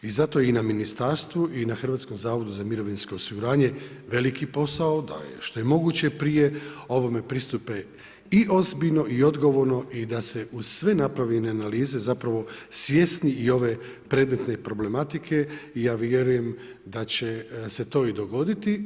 I zato je i na Ministarstvu i na Hrvatskom zavodu za mirovinsko osiguranje veliki posao da je što je moguće prije ovome pristupe i ozbiljno i odgovorno i da se uz sve napravljene analize, zapravo svjesni i ove predmetne problematike i ja vjerujem da će se to i dogoditi.